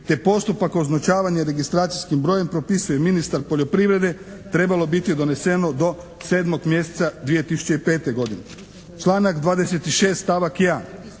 te postupak označavanja registracijskim brojem propisuje ministar poljoprivrede, trebalo biti doneseno do 7. mjeseca 2005. godine.